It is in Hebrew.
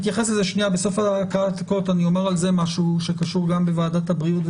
בסוף הדיון אני אומר על זה משהו שקשור גם לוועדת הבריאות,